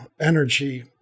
energy